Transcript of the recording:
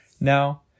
Now